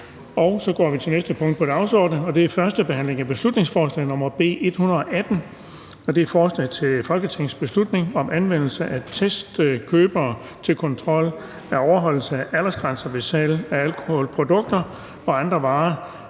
--- Det næste punkt på dagsordenen er: 16) 1. behandling af beslutningsforslag nr. B 118: Forslag til folketingsbeslutning om anvendelse af testkøbere til kontrol af overholdelse af aldersgrænser ved salg af alkoholprodukter og andre varer